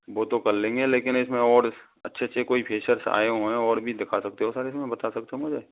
वो तो कर लेंगे लेकिन इसमें और अच्छे अच्छे कोई फ़ीचर्स आए हुए है और भी दिखा सकते हो सर इसमें बता सकते हो मुझे